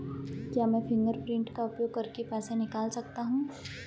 क्या मैं फ़िंगरप्रिंट का उपयोग करके पैसे निकाल सकता हूँ?